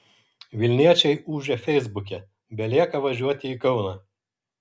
vilniečiai ūžia feisbuke belieka važiuoti į kauną